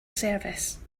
service